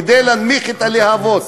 כדי להנמיך את הלהבות,